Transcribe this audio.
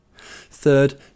Third